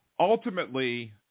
Ultimately